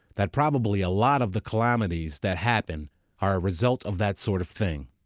that probably a lot of the calamities that happen are a result of that sort of thing.